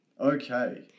Okay